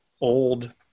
old